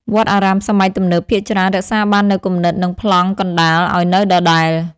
វត្តអារាមសម័យទំនើបភាគច្រើនរក្សាបាននូវគំនិត និងប្លង់កណ្តាលឲ្យនៅដដែល។